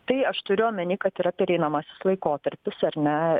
tai aš turiu omeny kad yra pereinamasis laikotarpis ar ne